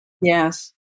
Yes